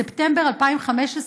בספטמבר 2015,